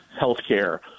healthcare